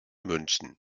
münchen